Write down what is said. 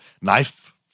knife